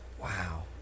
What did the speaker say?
Wow